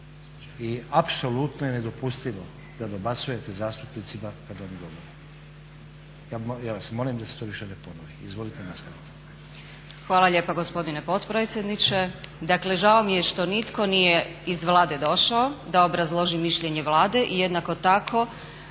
i apsolutno je nedopustivo da dobacujete zastupnicima kad oni govore. Ja vas molim da se to više ne ponovi. Izvolite nastaviti. **Glavak, Sunčana (HDZ)** Hvala lijepa gospodine potpredsjedniče. Dakle, žao mi je što nitko nije iz Vlade došao da obrazloži mišljenje Vlade i jednako tako